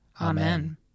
Amen